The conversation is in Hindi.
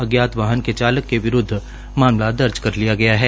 अज्ञात वाहन के चालक के विरूदव मामला दर्ज कर लिया गया है